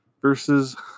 Versus